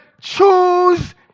choose